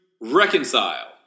reconcile